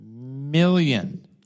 million